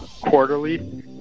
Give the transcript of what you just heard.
quarterly